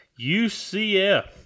UCF